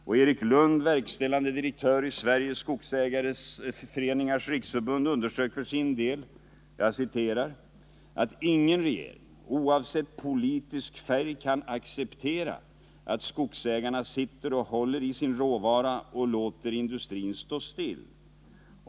Och Erik Lund, verkställande dirgktör i Sveriges skogsägareföreningars riksförbund, underströk för sin del ”att ingen regering oavsett politisk färg kan acceptera att skogsägarna sitter och håller i sin råvara och låter industrin stå still.